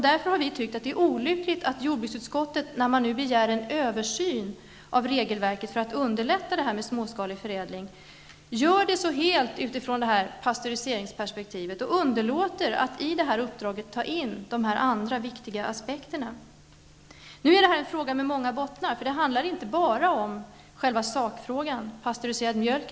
Därför har vi tyckt att det är olyckligt att jordbruksutskottet, när man nu begär en översyn av regelverket för att underlätta småskalig förädling, gör det så helt utifrån pastöriseringsperspektivet och underlåter att i detta uppdrag ta in de här andra viktiga aspekterna. Nu är detta en fråga med många bottnar, för det handlar inte bara om själva sakfrågan -- pastörisering av mjölk.